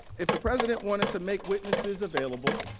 if the president wanted to make witnesses available,